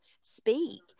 speak